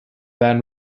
then